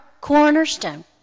cornerstone